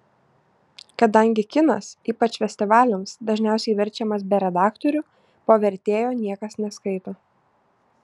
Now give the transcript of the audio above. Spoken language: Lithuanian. kadangi kinas ypač festivaliams dažniausiai verčiamas be redaktorių po vertėjo niekas neskaito